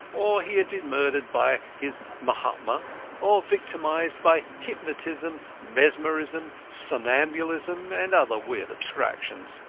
or he had been murdered by his mahatma or victimised by hypnotism, mesmerism, somnambulism, and other weird abstractions.